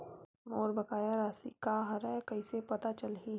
मोर बकाया राशि का हरय कइसे पता चलहि?